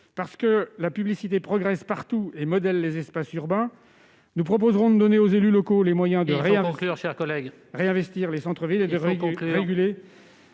Parce que la publicité progresse partout et modèle les espaces urbains, nous voulons donner aux élus locaux les moyens de réinvestir les centres-villes et de réguler